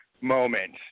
moment